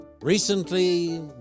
Recently